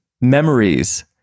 memories